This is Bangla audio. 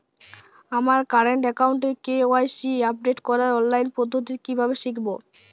আমার কারেন্ট অ্যাকাউন্টের কে.ওয়াই.সি আপডেট করার অনলাইন পদ্ধতি কীভাবে শিখব?